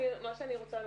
מה שאני רוצה לומר,